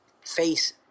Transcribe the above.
face